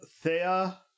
Thea